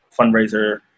fundraiser